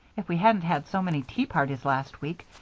if we hadn't had so many tea parties last week,